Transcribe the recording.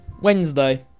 Wednesday